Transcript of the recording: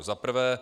Za prvé.